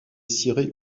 ciré